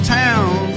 town